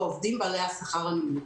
בעובדים בעלי השכר הנמוך.